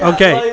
Okay